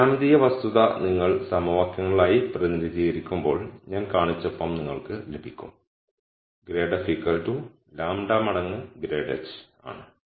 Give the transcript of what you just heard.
ഈ ജ്യാമിതീയ വസ്തുത നിങ്ങൾ സമവാക്യങ്ങളായി പ്രതിനിധീകരിക്കുമ്പോൾ ഞാൻ കാണിച്ച ഫോം നിങ്ങൾക്ക് ലഭിക്കും ഗ്രേഡ് f λ മടങ്ങ് ഗ്രേഡ് h ആണ്